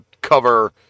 cover